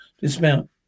dismount